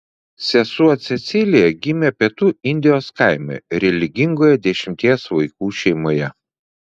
sesuo cecilija gimė pietų indijos kaime religingoje dešimties vaikų šeimoje